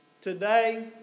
Today